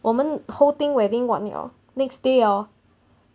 我们 whole thing wedding 完 liao next day hor